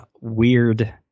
weird